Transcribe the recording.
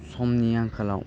समनि आंखालाव